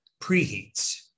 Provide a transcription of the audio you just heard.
preheats